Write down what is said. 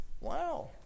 wow